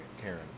Karen